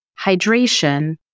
hydration